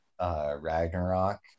Ragnarok